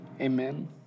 Amen